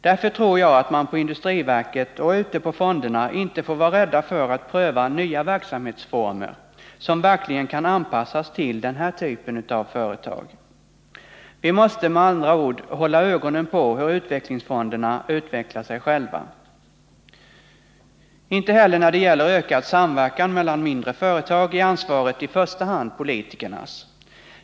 Därför tror jag att man på industriverket och ute i fonderna inte får vara rädd för att pröva nya verksamhetsformer, som verkligen kan anpassas till den här typen av företag. Vi måste med andra ord hålla ögonen på hur utvecklingsfonderna utvecklar sig själva. Inte heller när det gäller ökad samverkan mellan mindre företag är ansvaret i första hand politikernas.